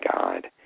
God